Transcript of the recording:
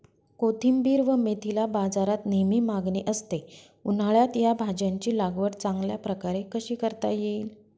कोथिंबिर व मेथीला बाजारात नेहमी मागणी असते, उन्हाळ्यात या भाज्यांची लागवड चांगल्या प्रकारे कशी करता येईल?